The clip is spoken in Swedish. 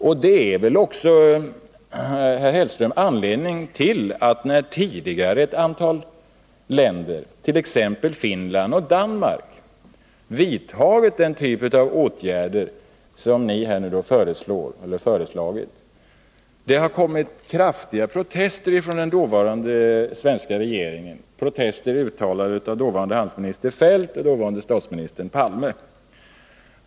Och det är väl också, herr Hellström, anledningen till att när tidigare ett antal länder, t.ex. Finland och Danmark, vidtog den typ av åtgärder som ni har föreslagit kom det kraftiga protester från den dåvarande svenska regeringen, uttalade av den dåvarande handelsministern Feldt och den dåvarande statsministern Palme.